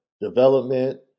development